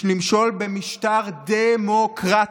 למשול במשטר דמוקרטי.